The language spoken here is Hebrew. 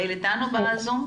בבקשה.